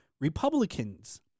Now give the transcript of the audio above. Republicans